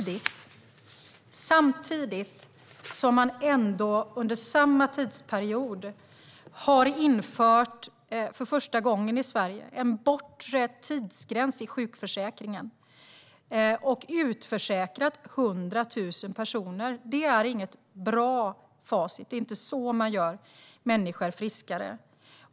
Det har skett samtidigt som man, under samma tidsperiod, för första gången i Sverige har infört en bortre tidsgräns i sjukförsäkringen och utförsäkrat 100 000 personer. Det är inget bra facit. Det är inte på det sättet man gör människor friskare.